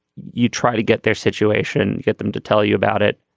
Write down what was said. you try to get their situation. get them to tell you about it.